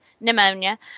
pneumonia